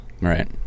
Right